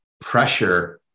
pressure